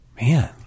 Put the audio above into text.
Man